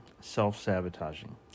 self-sabotaging